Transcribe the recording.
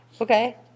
okay